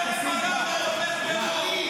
ותומך טרור.